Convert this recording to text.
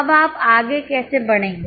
अब आप आगे कैसे बढ़ेंगे